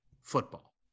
football